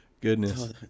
Goodness